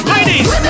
Ladies